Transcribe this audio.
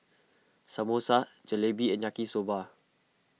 Samosa Jalebi and Yaki Soba